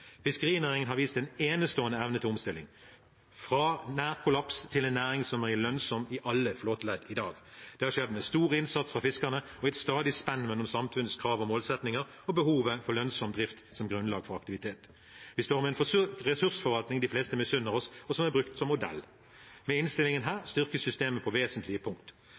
Fiskerinæringen har vist en enestående evne til omstilling, fra nær kollaps til en næring som er lønnsom i alle flåteledd i dag. Det har skjedd med stor innsats fra fiskerne og i et stadig spenn mellom samfunnskrav og målsettinger og behovet for lønnsom drift som grunnlag for aktivitet. Vi står i en ressursforvaltning de fleste misunner oss, og som er brukt som modell. Med denne innstillingen styrkes systemet på vesentlige punkt.